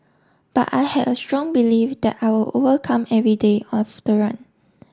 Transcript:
but I had a strong belief that I will overcome every day of the run